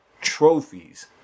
trophies